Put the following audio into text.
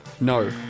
No